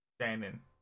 Shannon